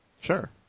Sure